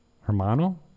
hermano